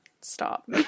stop